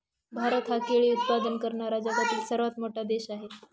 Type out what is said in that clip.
भारत हा केळी उत्पादन करणारा जगातील सर्वात मोठा देश आहे